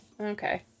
Okay